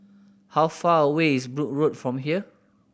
how far away is Brooke Road from here